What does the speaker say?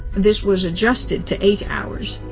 this was adjusted to eight hours.